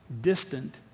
distant